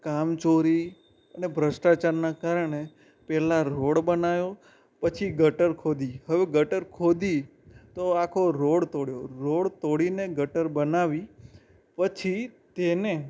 કામચોરી અને ભ્રષ્ટાચારના કારણે પહેલાં રોડ બનાવ્યો પછી ગટર ખોદી હવે ગટર ખોદી તો આખો રોડ તોડ્યો રોડ તોડીને ગટર બનાવી પછી તેને